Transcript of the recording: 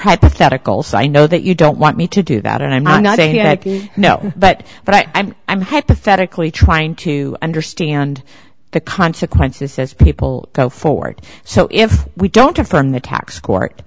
hypotheticals i know that you don't want me to do that and i'm not a no but but i'm i'm hypothetically trying to understand the consequences says people go forward so if we don't have from the tax court